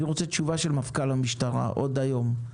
אני רוצה תשובה של מפכ"ל המשטרה עוד היום,